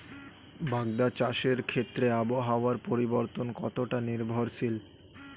বাগদা চাষের ক্ষেত্রে আবহাওয়ার পরিবর্তন কতটা নির্ভরশীল?